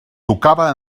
tocava